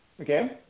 Okay